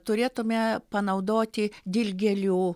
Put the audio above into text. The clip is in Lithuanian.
turėtume panaudoti dilgėlių